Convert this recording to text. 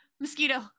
Mosquito